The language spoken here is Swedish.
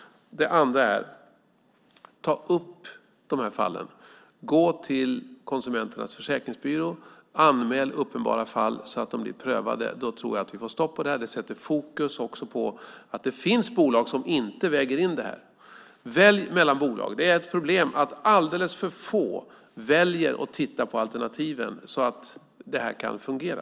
Det andra jag vill säga är: Ta upp de här fallen, gå till Konsumenternas försäkringsbyrå, anmäl uppenbara fall så att de blir prövade. Då tror jag att vi får stopp på detta. Det sätter fokus också på att det finns bolag som inte väger in detta. Välj mellan bolagen! Det är ett problem att alldeles för få tittar på alternativen, väljer och ser vad som kan fungera.